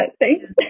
Thanks